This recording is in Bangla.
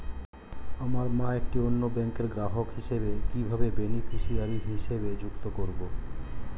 আমার মা একটি অন্য ব্যাংকের গ্রাহক হিসেবে কীভাবে বেনিফিসিয়ারি হিসেবে সংযুক্ত করব?